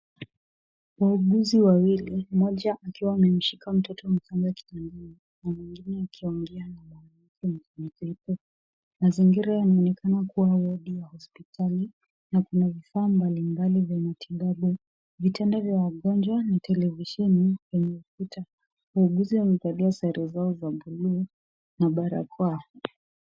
Wauguzi wawili, mmoja akiwa amemshika mtoto mchanga kitandani na mwingine akiongea na mwanamke mja mzito. Mazingira yanaonekana kuwa wadi ya hospitali na kuna vifaa mbalimbali za matibabu, vitanda vya wagonjwa, na televisheni kwenye ukuta. Wauguzi wamevalia sare zao za blue na barakoa.